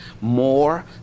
more